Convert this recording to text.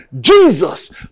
Jesus